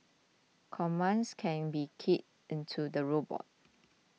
commands can be keyed into the robot